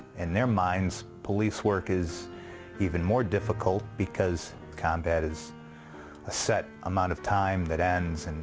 in their mind, police work is even more difficult because combat is a set amount of time that ends, and